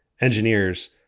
engineers